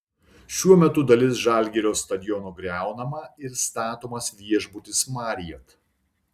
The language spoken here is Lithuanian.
šiuo metu dalis žalgirio stadiono griaunama ir statomas viešbutis marriott